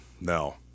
No